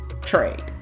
trade